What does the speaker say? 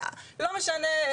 ולא משנה,